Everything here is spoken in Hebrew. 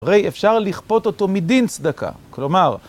הרי אפשר לכפות אותו מדין צדקה, כלומר...